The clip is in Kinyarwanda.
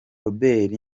robert